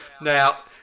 Now